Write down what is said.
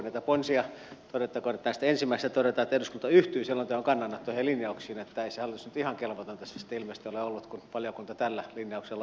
todettakoon nyt että tässä ensimmäisessä todetaan että eduskunta yhtyy selonteon kannanottoihin ja linjauksiin niin että ei se hallitus nyt ihan kelvoton tässä sitten ilmeisesti ole ollut kun valiokunta tällä linjauksella aloittaa